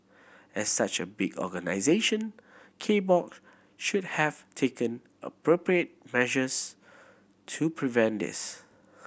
as such a big organisation K Box should have taken appropriate measures to prevent this